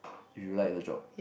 if you like the job